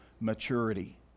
maturity